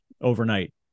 overnight